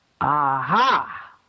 Aha